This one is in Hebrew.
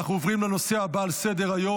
אנחנו עוברים לנושא הבא על סדר-היום: